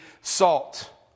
salt